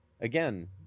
Again